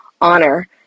honor